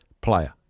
player